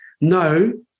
no